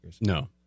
No